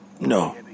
no